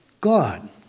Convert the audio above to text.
God